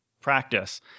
practice